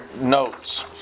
notes